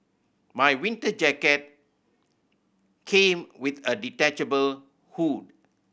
my winter jacket came with a detachable hood